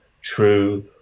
true